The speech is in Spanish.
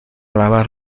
lavar